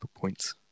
points